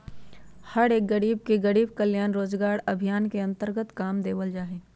हर एक गरीब के गरीब कल्याण रोजगार अभियान के अन्तर्गत काम देवल जा हई